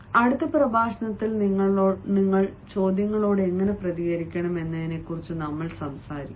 അടുത്ത പ്രഭാഷണത്തിൽ നിങ്ങൾ ചോദ്യങ്ങളോട് എങ്ങനെ പ്രതികരിക്കണം എന്നതിനെക്കുറിച്ച് ഞങ്ങൾ സംസാരിക്കും